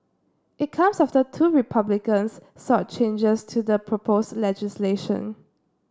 it comes after two Republicans sought changes to the proposed legislation